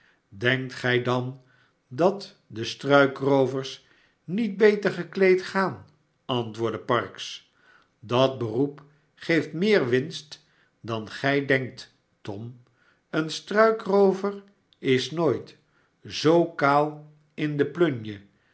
denkt gij dan dat de struikroovers niet beter gekleed gaan antwoordde parkes dat bercep geeft meer winst dan gij denkt tom een struikroover is nooit zoo kaal in de plunje